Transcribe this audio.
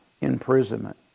imprisonment